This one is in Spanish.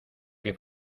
que